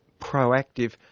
proactive